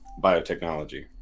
biotechnology